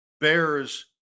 Bears